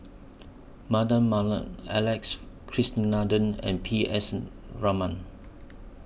Mardan Mamat Alex and P S Raman